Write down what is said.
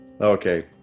Okay